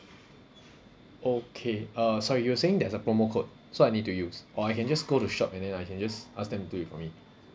okay uh sorry you were saying there's a promo code so I need to use or I can just go to shop and then I can just ask them do it for me